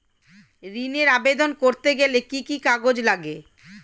ঋণের আবেদন করতে গেলে কি কি কাগজ লাগে?